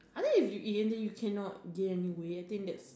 I think if you eat and then you cannot gain any weight I think that's